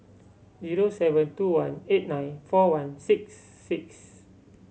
zero seven two one eight nine four one six six